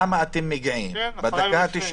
למה אתם מגיעים בדקה ה-90